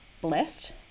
blessed